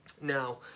Now